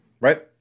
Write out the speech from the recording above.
right